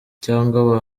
cyangwa